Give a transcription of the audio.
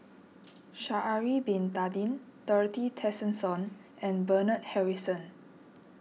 Sha'ari Bin Tadin Dorothy Tessensohn and Bernard Harrison